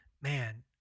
man